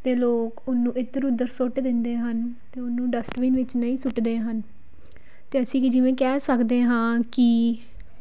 ਅਤੇ ਲੋਕ ਉਹਨੂੰ ਇੱਧਰ ਉੱਧਰ ਸੁੱਟ ਦਿੰਦੇ ਹਨ ਅਤੇ ਉਹਨੂੰ ਡਸਟਬਿਨ ਵਿੱਚ ਨਹੀਂ ਸੁੱਟਦੇ ਹਨ ਅਤੇ ਅਸੀਂ ਕਿ ਜਿਵੇਂ ਕਹਿ ਸਕਦੇ ਹਾਂ ਕਿ